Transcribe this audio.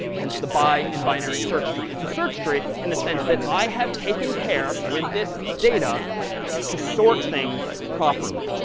hence, the bi in binary search tree. it's a search tree in the sense that i have taken care with this data to sort things properly.